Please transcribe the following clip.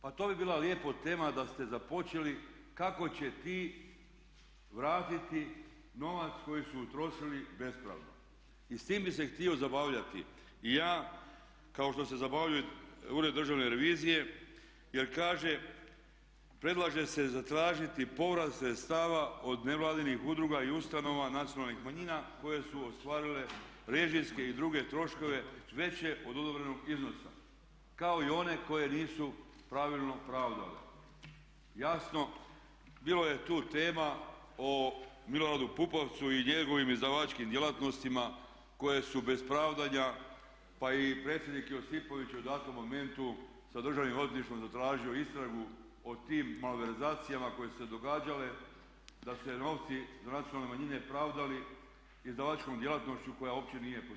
Pa to bi bila lijepo tema da ste započeli kako će ti vratiti novac koji su utrošili bespravno i s tim bih se htio zabavljati i ja kao što se zabavlja i Ured državne revizije jer kaže: "predlaže se zatražiti povrat sredstava od nevladinih udruga i ustanova nacionalnih manjina koje su ostvarile režijske i druge troškove veće od odobrenog iznosa kao i one koje nisu pravilno pravdale." Jasno bilo je tu tema o Miloradu Pupovcu i njegovim izdavačkim djelatnostima koje su bez pravdanja, pa i predsjednik Josipović u datom momentu sa Državnim odvjetništvu zatražio istragu o tim malverzacijama koje su se događale, da su se novci za nacionalne manjine pravdali izdavačkom djelatnošću koja uopće nije postojala.